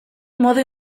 modu